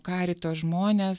karito žmonės